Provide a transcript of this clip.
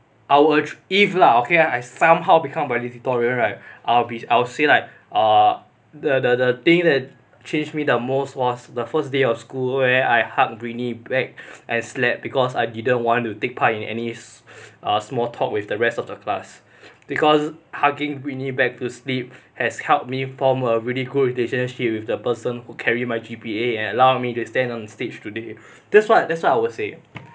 I would if lah okay I somehow become valedictorian right I'll be I'll say like err the the the day that changed me the most was the first day of school where I hugged britney bag I slept because I didn't want to take part in any err small talk with the rest of the class because hugging britney bag to sleep has helped me form a really good relationship with the person who carry my G_P_A and allow me to stand on stage today that's what that's what I would say